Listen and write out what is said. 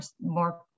more